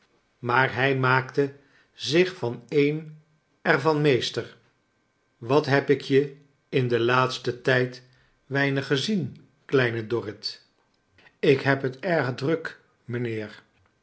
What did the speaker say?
maar hij maakte zich van een er van me ester wat heb ik je in den laatsten tijd weinig gezien kleine dorrit ik heb het erg druk mijnheer